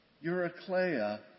Eurycleia